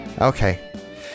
Okay